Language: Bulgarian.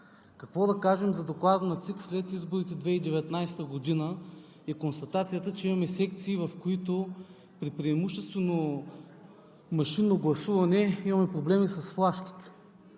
Какво да кажем за Доклада на ЦИК след изборите 2019 г. и констатацията, че имаме секции, в които при преимуществено машинно гласуване имаме проблеми с флашките?